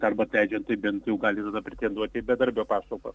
arba atleidžiant tai bent jau gali pretenduoti į bedarbio pašalpą